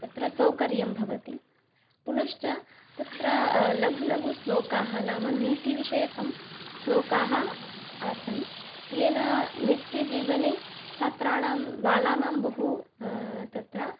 तत्र सौकर्यं भवति पुनश्च तत्र लघुलघुश्लोकाः नाम नीतिविषयकं श्लोकाः आसन् येन नित्यजीवने छात्राणां बालानां बहु तत्र